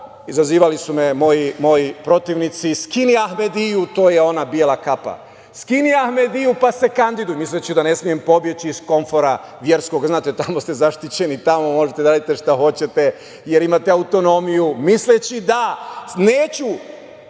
Izazivali su me moji protivnici: „Skini ahmediju“, to je ona bela kapa, „skini ahmediju, pa se kandiduj“, misleći da ne smem pobeći iz komfora verskog, znate, tamo ste zaštićeni, tamo možete da radite šta hoćete, jer imate autonomiju, misleći da neću